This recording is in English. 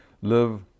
live